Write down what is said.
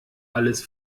alles